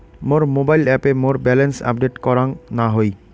মোর mobile অ্যাপে মোর balance update করাং না হই